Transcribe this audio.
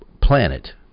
planet